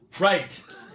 Right